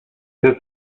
this